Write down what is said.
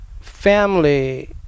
family